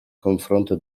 confronto